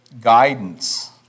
guidance